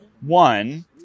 One